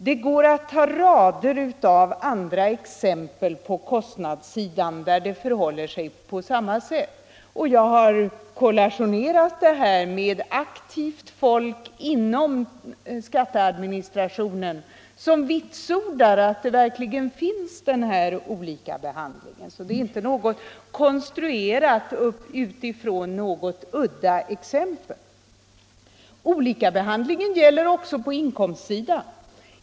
Det går att ta rader av andra exempel på kostnadssidan där det förhåller sig på samma sätt. Jag har kollationerat med aktivt folk inom skatteadministrationen, som vitsordar att den här olikabehandlingen verkligen finns — så det hela är inte konstruerat utifrån något uddaexempel. Olikabehandlingen gäller också på inkomstsidan.